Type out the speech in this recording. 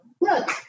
look